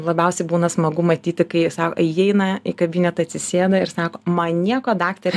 labiausiai būna smagu matyti kai sa įeina į kabinetą atsisėda ir sako man nieko daktare